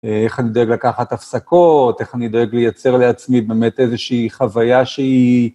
איך אני דואג לקחת הפסקות, איך אני דואג לייצר לעצמי באמת איזושהי חוויה שהיא...